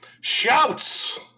shouts